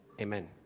amen